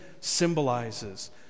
symbolizes